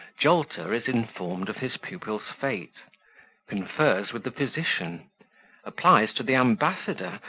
jolter is informed of his pupil's fate confers with the physician applies to the ambassador,